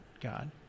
God